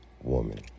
woman